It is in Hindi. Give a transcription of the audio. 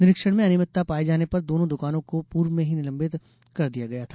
निरीक्षण में अनियमितता में पाये जाने पर दोनों दुकानों को पूर्व में ही निलंबित कर दिया गया था